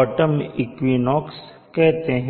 autumn equinox कहते हैं